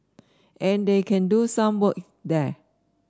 and they can do some work there